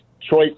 choice